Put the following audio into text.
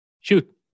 Shoot